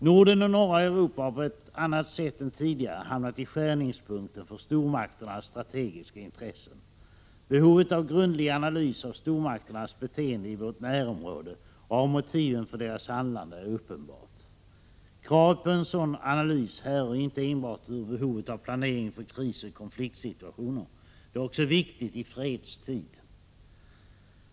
Norden och norra Europa har på ett annat sätt än tidigare hamnat i skärningspunkten för stormakternas strategiska intressen. Behovet av grundlig analys av stormakternas beteende i vårt närområde och av motiven för deras handlande är uppenbart. Kravet på sådan analys härrör inte enbart ur behovet av planering för krisoch konfliktsituationer. Den är också viktig i fredstid.